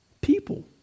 people